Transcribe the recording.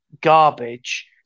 garbage